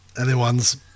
anyone's